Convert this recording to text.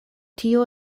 tio